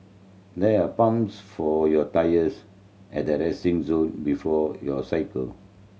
there are pumps for your tyres at the resting zone before you cycle